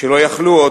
כשלא יכלו עוד,